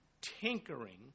tinkering